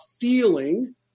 feeling